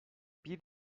bir